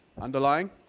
underlying